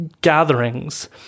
gatherings